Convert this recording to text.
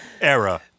Era